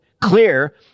clear